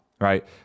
Right